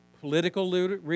political